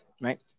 right